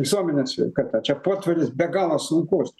visuomenės sveikata čia portfelis be galo sunkus